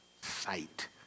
sight